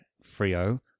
Frio